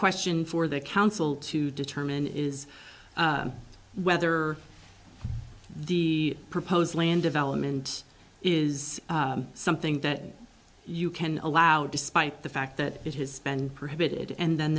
question for the council to determine is whether the proposed land development is something that you can allow despite the fact that it has been prevented and then